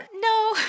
no